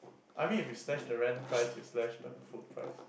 I mean if you slash the rent price you slash the food price